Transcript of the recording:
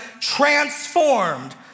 transformed